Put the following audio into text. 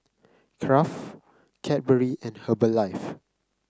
Nkraft Cadbury and Herbalife